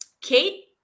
Kate